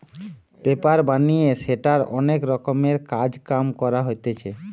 paper বানিয়ে সেটার অনেক রকমের কাজ কাম করা হতিছে